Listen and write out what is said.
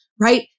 right